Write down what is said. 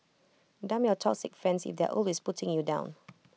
dump your toxic friends if they're always putting you down